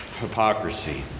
hypocrisy